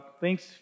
Thanks